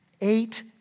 eight